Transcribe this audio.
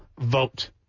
vote